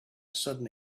sudden